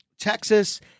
Texas